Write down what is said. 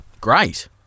Great